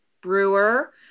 Brewer